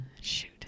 Shoot